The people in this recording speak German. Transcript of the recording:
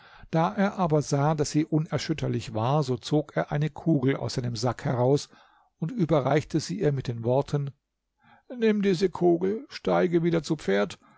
da er aber sah daß sie unerschütterlich war so zog er eine kugel aus seinem sack heraus und überreichte sie ihr mit den worten nimm diese kugel steige wieder zu pferd